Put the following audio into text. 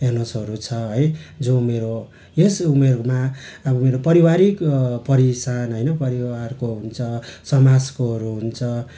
एनसहरू छ है जो मेरो यस उमेरमा अब मेरो पारिवारिक परिसान होइन परिवारको हुन्छ समाजकोहरू हुन्छ